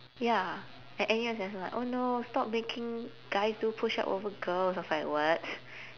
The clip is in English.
ya at N_U_S there's like oh no stop making guys do push-ups over girls I was like what